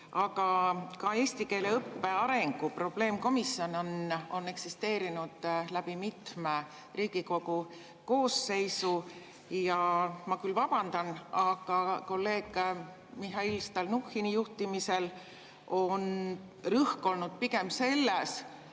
eest! Eesti keele õppe arengu probleemkomisjon on eksisteerinud läbi mitme Riigikogu koosseisu ja ma küll vabandan, aga kolleeg Mihhail Stalnuhhini juhtimisel on rõhk olnud pigem sellel,